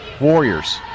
Warriors